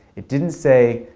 it didn't say,